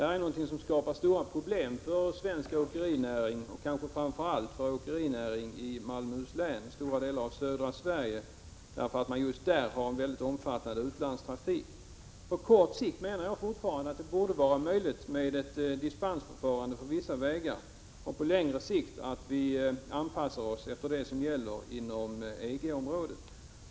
Detta skapar stora problem för svensk åkerinäring, framför allt kanske för åkerinäringen i Malmöhus län och stora delar av södra Sverige i övrigt, därför att man just där har en omfattande utlandstrafik. Jag menar att på kort sikt borde det fortfarande vara möjligt med ett — Prot. 1986/87:42 dispensförfarande på vissa vägar, och på längre sikt bör vi anpassa oss efter 4 december 1986 vad som gäller inom EG-området.